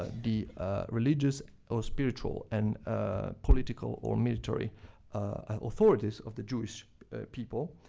ah the religious or spiritual and ah political or military authorities of the jewish people.